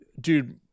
dude